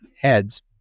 heads